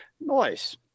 Nice